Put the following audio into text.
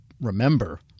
remember